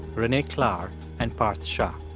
renee klahr and parth shah.